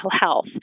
health